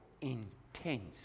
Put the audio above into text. intense